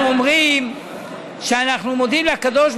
אני יכול לדעת מה המצב שם עם הניסים